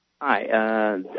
Hi